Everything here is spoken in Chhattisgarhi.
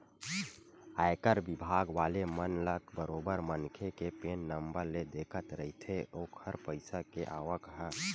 आयकर बिभाग वाले मन ल बरोबर मनखे के पेन नंबर ले दिखत रहिथे ओखर पइसा के आवक ह